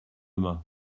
main